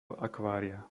akvária